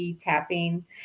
tapping